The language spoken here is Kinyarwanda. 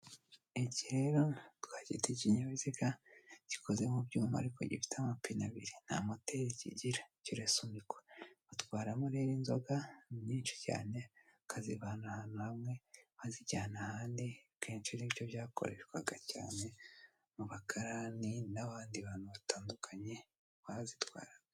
Igihe rero twagita ikinyabiziga gikoze mu byuma ariko gifite amapine abiri nta moteri kigira kirasunikwa atwaramo rero inzoga nyinshi cyane akazivana ahantu hamwe bazijyana, ahandi kenshi byo byakoreshwaga cyane mu bakarani n'abandi bantu batandukanye bazitwararaga.